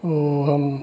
वह हम